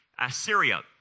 Assyria